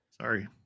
Sorry